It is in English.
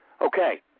Okay